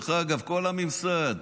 כל הממסד,